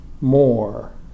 more